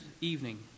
evening